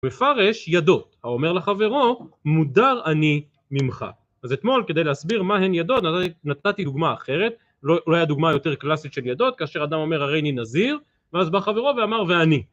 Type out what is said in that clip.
מפרש ידות, הוא אומר לחברו מודר אני ממך, אז אתמול כדי להסביר מהן ידות נתתי דוגמא אחרת אולי הדוגמא היותר קלאסית של ידות, כאשר אדם אומר הרי אני נזיר, ואז בא חברו ואמר ואני